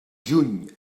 juny